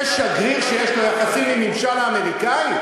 זה שגריר שיש לו יחסים עם הממשל האמריקני?